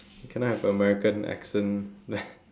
cannot have american accent